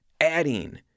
adding